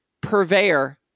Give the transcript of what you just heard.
Purveyor